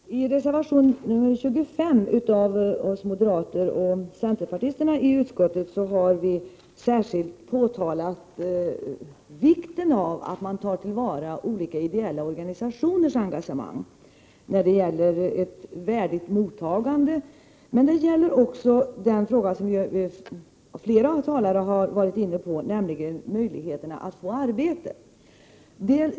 Herr talman! I reservation 25 av oss moderater och centerpartisterna i utskottet har vi särskilt påtalat vikten av att ta till vara olika ideella organisationers engagemang för att ordna ett värdigt mottagande. Men det gäller också den fråga som flera talare har varit inne på, nämligen möjligheten att få arbete.